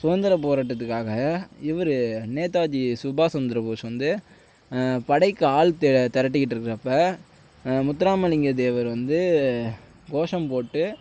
சுகந்திரப் போராட்டத்துக்காக இவர் நேதாஜி சுபாஷ் சந்திரபோஷ் வந்து படைக்கு ஆள் திரட்டிக்கிட்டுருக்குறப்ப முத்துராமலிங்க தேவர் வந்து கோஷம் போட்டு